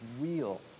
real